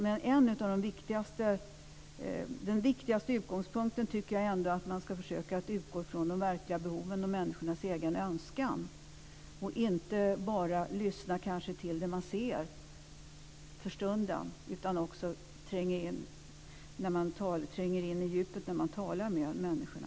Men den viktigaste utgångspunkten tycker jag är att man ska försöka utgå från de verkliga behoven och människornas egen önskan och inte bara lyssna på det som sägs för stunden. Man måste tränga in på djupet när man talar med människorna.